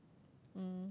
um